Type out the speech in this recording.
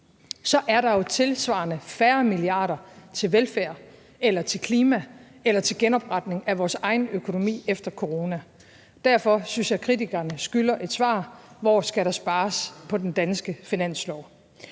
EU, er der jo tilsvarende færre milliarder kroner til velfærd eller til klima eller til genopretning af vores egen økonomi efter corona. Derfor synes jeg, kritikerne skylder et svar på spørgsmålet: Hvor skal der spares på den danske finanslov?